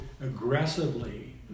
aggressively